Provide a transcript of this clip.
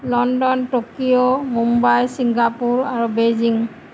London Tokyo Mumbai Singapore আৰু Beijing